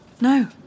No